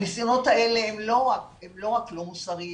הניסיונות האלה הם לא רק לא מוסריים,